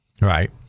Right